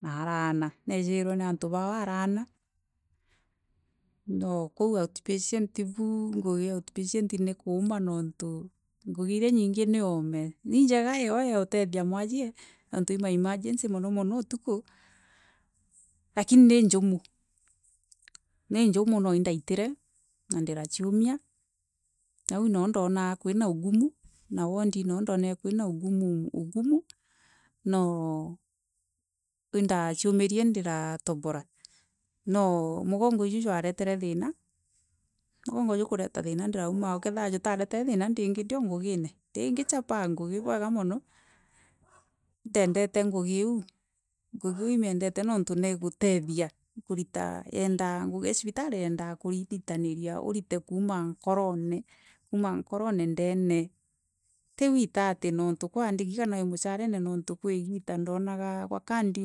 Na araana naejirwe ni antu bao araana no kou outpatient nontu ngugi iria nyingi ni ome ni injega yo ya gutethia mwajie niuntu ni maemegence monomono utuku lakini ni injumu ni injumu nayo indaritire na diraciumia nau ihoo ndaonau kuina ugumu no indaciumirie ndiratobora no mugongo iju jwaretere thiina mugongo jwikureta thiina ndiraumaaa Jutaretere thiina ringi ndi o ngugine kichapaga ngugi bwega mone indaendete ngugi iu ngugi iu imiendete niuntu nee gutethia kuritu cibitari yendaga kuiritaniria keenda orita kuuma nkorone kuuma nkorone ndeene ti wiita niuntu kaa waandiki kana wei mushaharene niuntu kwi igita ndaonaga kwa kadi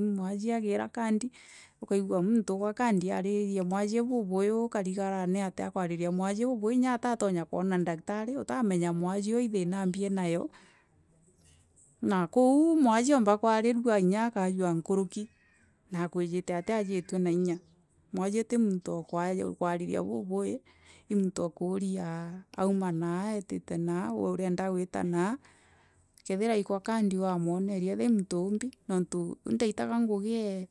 mwajie agiira kadi ukaigwa muntu kwa kadi aaririe mwajie bubugi ukarigara niatia akuariria mwajie uu i thiina mbi aenayo na kwiu mwajie aumba kuarirwa na akaajua nkuruki na akwijite atiajitue nainga mwajie ti muntu o kwariria bubui ni muntu o kuuria aamite naa arienda guita na kethirwa ikwa kadi wamoneria kethirwa i muntu uumbi niuntu indaritaga ngugi e.